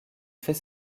fait